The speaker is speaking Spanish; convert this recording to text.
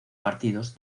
partidos